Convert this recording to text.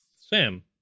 Sam